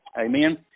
Amen